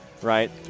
right